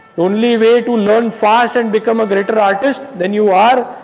only way to learn fast and become a greater artist than you are,